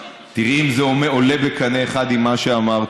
תראי אם זה עולה בקנה אחד עם מה שאמרתי.